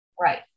Right